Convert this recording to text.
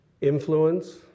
influence